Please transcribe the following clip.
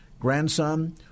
grandson